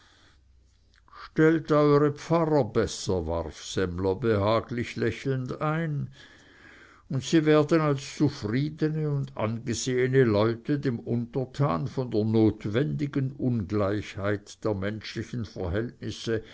stellt eure pfarrer besser warf semmler behaglich lächelnd ein und sie werden als zufriedene und angesehene leute dem untertan von der notwendigen ungleichheit der menschlichen verhältnisse